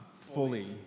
fully